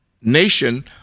nation